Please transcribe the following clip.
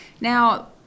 Now